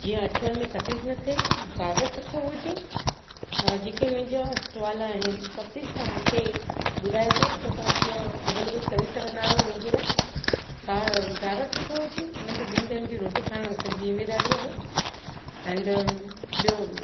जीअं अचु वञु में तकलीफ़ु न थिए ड्राइवर सुठो हुजे जेके मुंहिंजा सुवाल आहिनि त प्लीस तव्हां मूंखे ॿुधाइजो त तव्हां कीअं अवेलिबल करे सघंदा आहियो मुंहिंजे लाइ कार ड्राइवर सुठो हुजे उनखे ॿिनि टाइम जी रोटी खाराइण जी असांजी ज़िमेदारी आहे एंड ॿियो